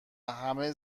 همه